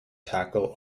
tackle